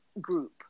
group